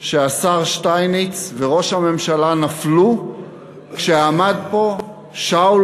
שהשר שטייניץ וראש הממשלה נפלו כשעמד פה שאול